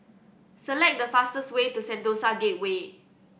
select the fastest way to Sentosa Gateway